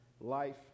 life